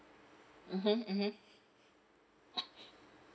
mmhmm mmhmm